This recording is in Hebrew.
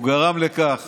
הוא גרם לכך